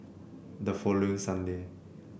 the following Sunday